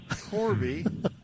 Corby